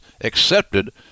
accepted